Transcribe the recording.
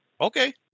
okay